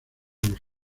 los